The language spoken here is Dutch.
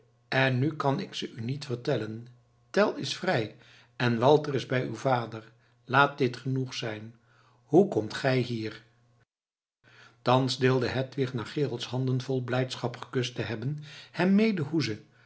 en nu kan ik ze u niet vertellen tell is vrij en walter is bij uw vader laat dit genoeg zijn hoe komt ge hier thans deelde hedwig na gerolds handen vol blijdschap gekust te hebben hem mede hoe ze